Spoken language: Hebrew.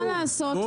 מה לעשות.